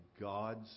God's